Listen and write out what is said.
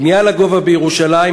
בנייה לגובה בירושלים,